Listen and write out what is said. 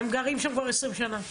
הם גרים שם כבר 20 שנה.